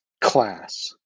Class